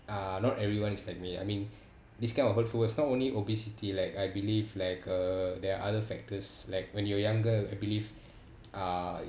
uh not everyone is like me I mean this kind of hurtful words not only obesity like I believe like uh there are other factors like when you were younger I believe uh